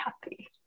happy